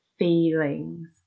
feelings